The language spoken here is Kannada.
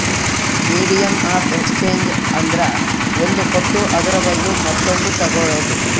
ಮೀಡಿಯಮ್ ಆಫ್ ಎಕ್ಸ್ಚೇಂಜ್ ಅಂದ್ರ ಒಂದ್ ಕೊಟ್ಟು ಅದುರ ಬದ್ಲು ಮತ್ತೊಂದು ತಗೋಳದ್